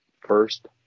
first